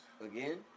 again